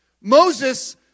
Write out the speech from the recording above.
Moses